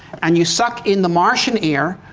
and you suck in the martian air,